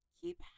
keep